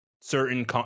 certain